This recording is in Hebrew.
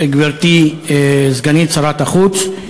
גברתי סגנית שר החוץ,